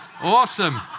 Awesome